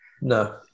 no